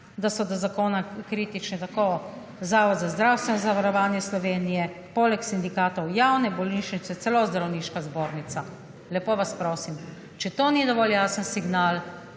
da so do zakona kritični tako Zavod za zdravstveno zavarovanje Slovenije, poleg sindikatov javne bolnišnice, celo Zdravniška zbornica. Lepo vas prosim, če to ni dovolj jasen signal,